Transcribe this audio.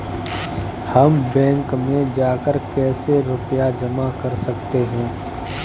हम बैंक में जाकर कैसे रुपया जमा कर सकते हैं?